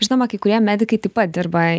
žinoma kai kurie medikai taip pat dirba